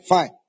Fine